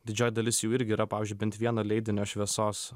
didžioji dalis jų irgi yra pavyzdžiui bent vieno leidinio šviesos